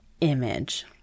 image